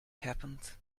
happened